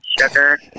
sugar